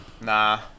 nah